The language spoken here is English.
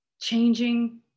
changing